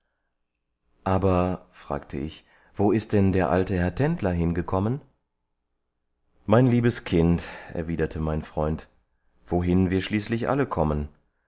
aber fragte ich wo ist denn der alte herr tendler hingekommen mein liebes kind erwiderte mein freund wohin wir schließlich alle kommen